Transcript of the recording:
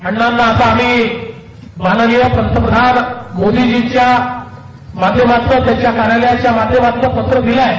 अण्णांना आता आम्ही माननिय पंतप्रधान मोदीजींच्या माध्यमातनं त्यांच्या कार्यालयाच्या माध्यमातनं पत्रं दिलंय